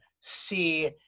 see